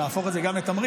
נהפוך את זה גם לתמריץ,